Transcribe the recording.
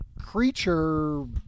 creature